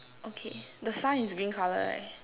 okay the sign is green colour right